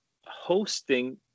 hosting